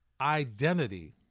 identity